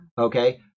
okay